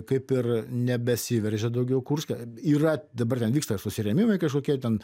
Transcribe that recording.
kaip ir nebesiveržia daugiau kurske yra dabar ten vyksta susirėmimai kažkokie ten